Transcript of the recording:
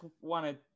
wanted